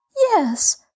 Yes